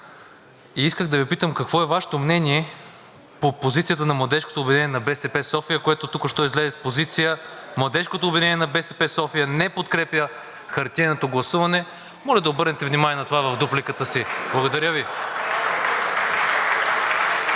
И исках да Ви попитам: какво е Вашето мнение по позицията на Младежкото обединение на БСП – София, което току-що излезе с позиция: „Младежкото обединение на БСП – София, не подкрепя хартиеното гласуване“? Моля да обърнете внимание на това в дупликата си. (Шум и